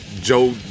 Joe